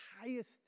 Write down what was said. highest